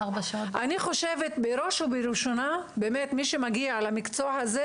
בראש ובראשונה מי שמגיע למקצוע הזה